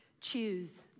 Choose